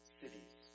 cities